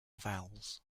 vowels